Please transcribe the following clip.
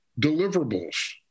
deliverables